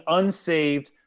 unsaved